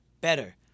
better